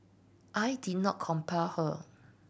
I did not compel her